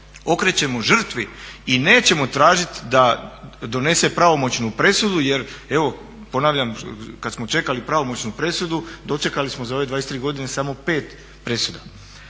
okrećemo žrtvi i nećemo tražiti da donese pravomoćnu presudu, jer evo ponavljam kad smo čekali pravomoćnu presudu dočekali smo za ove 23 godine samo 5 presuda.